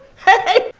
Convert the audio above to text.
hey.